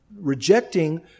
rejecting